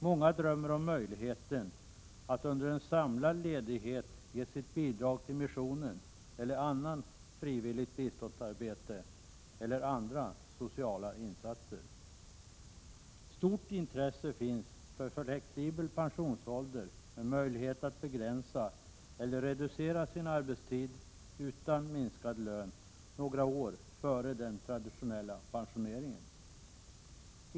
Många drömmer om möjligheten att under en samlad ledighet ge sitt bidrag till missionen eller annat frivilligt biståndsarbete eller andra sociala insatser. Stort intresse finns för flexibel pensionsålder med möjlighet att begränsa eller reducera arbetstiden, utan minskad lön, några år före den traditionella pensioneringen.